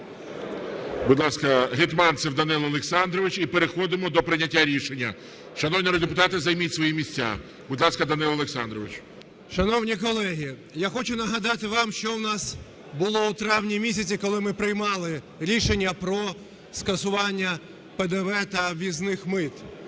Будь ласка, Гетманцев Данило Олександрович. І переходимо до прийняття рішення. Шановні народні депутати, займіть свої місця. Будь ласка, Данило Олександрович. 11:07:07 ГЕТМАНЦЕВ Д.О. Шановні колеги, я хочу нагадати вам, що в нас було у травні місяці, коли ми приймали рішення про скасування ПДВ та ввізних мит.